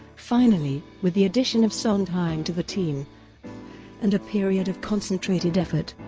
finally, with the addition of sondheim to the team and a period of concentrated effort,